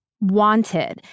wanted